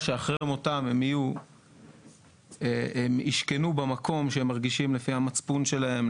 שאחרי מותם הם ישכנו במקום שהם מרגישים לפי המצפון שלהם,